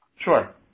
Sure